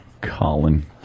Colin